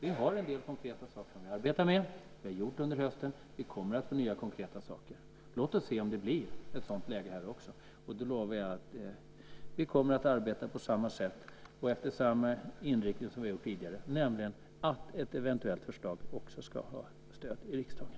Vi har en del konkreta saker som vi arbetar med, och vi har gjort det under hösten, och vi kommer att få nya konkreta saker. Låt oss se om det blir ett sådant läge här också. Då lovar jag att vi kommer att arbeta på samma sätt och efter samma inriktning som vi har gjort tidigare, nämligen att ett eventuellt förslag också ska ha stöd i riksdagen.